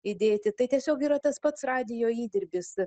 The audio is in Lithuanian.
įdėti tai tiesiog yra tas pats radijo įdirbis